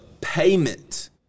payment